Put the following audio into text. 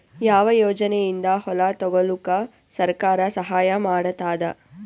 ಯಾವ ಯೋಜನೆಯಿಂದ ಹೊಲ ತೊಗೊಲುಕ ಸರ್ಕಾರ ಸಹಾಯ ಮಾಡತಾದ?